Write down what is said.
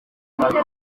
abantu